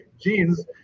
genes